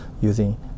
using